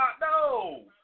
no